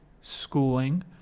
schooling